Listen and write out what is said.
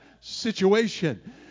situation